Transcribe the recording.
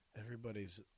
Everybody's